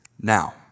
now